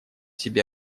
себе